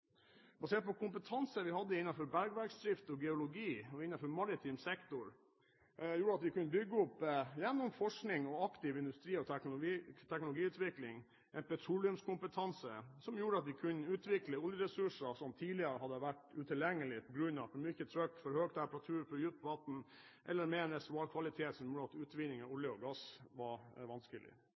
Basert på kompetanse vi hadde innenfor bergverksdrift, geologi og maritim sektor kunne vi gjennom forskning, en aktiv industri og teknologiutvikling bygge opp en petroleumskompetanse som gjorde at vi kunne utvikle oljeressurser som tidligere hadde vært utilgjengelig på grunn av for mye trykk, for høy temperatur, for dypt vann eller med en reservoarkvalitet som gjorde utvinning av olje og gass vanskelig.